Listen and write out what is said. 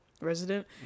resident